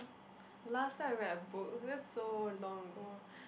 last time I read a book that's so long ago